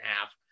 half